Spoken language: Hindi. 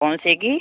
कौनसे की